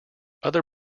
other